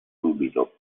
subito